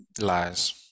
Lies